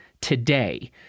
today